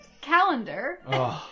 calendar